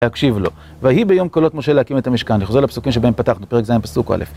להקשיב לו, והיא ביום קולות משה להקים את המשכן, לחזור לפסוקים שבהם פתחנו, פרק ז' פסוק א'